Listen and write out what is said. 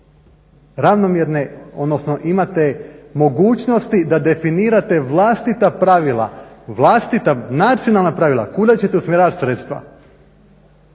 ravnomjerne odnosno imate mogućnosti da definirate vlastita pravila, vlastita nacionalna pravila kuda ćete usmjeravati sredstva.